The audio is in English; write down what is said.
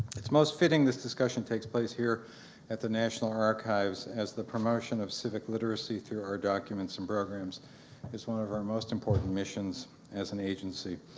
it's most fitting this discussion takes place here at the national archives as the promotion of civic literacy through our documents and programs is one of our most important missions as an agency.